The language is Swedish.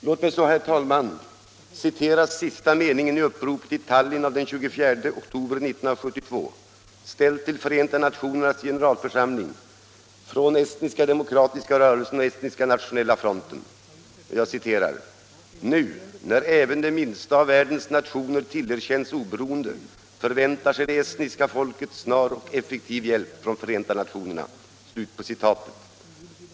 Låt mig, herr talman, citera sista meningen i uppropet i Tallinn av den 24 oktober 1972, ställt till Förenta nationernas generalförsamling från Estniska demokratiska rörelsen och Estniska nationella fronten: ”Nu, när även de minsta av världens nationer tillerkänns oberoende förväntar sig det estniska folket snar och effektiv hjälp från Förenta Nationerna”.